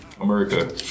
America